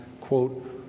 quote